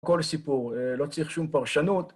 כל סיפור, לא צריך שום פרשנות,